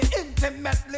intimately